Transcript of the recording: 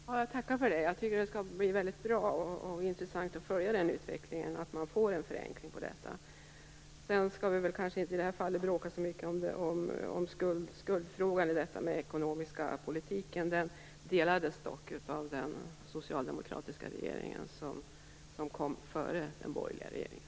Herr talman! Jag tackar för det. Jag tycker att det skall bli bra och intressant att följa den utvecklingen och att man får en förenkling av detta. I det här fallet skall vi kanske inte bråka så mycket om skuldfrågan i detta och om den ekonomiska politiken. Den delades dock av den socialdemokratiska regering som kom före den borgerliga regeringen.